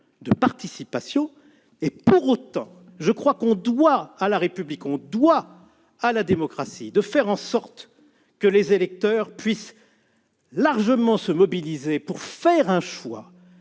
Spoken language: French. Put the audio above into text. de participation ! Pour autant, je crois qu'on doit à la République et à la démocratie de faire en sorte que les électeurs puissent largement se mobiliser pour exprimer un choix.